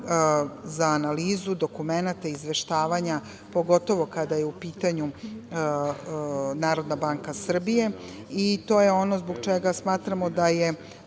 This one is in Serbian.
za analizu dokumenata i izveštavanja, pogotovo kada je u pitanju Narodna banka Srbije. To je ono zbog čega smatramo da je